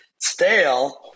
Stale